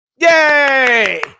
Yay